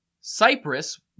Cyprus